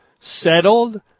settled